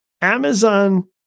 Amazon